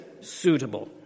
suitable